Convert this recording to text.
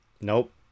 Nope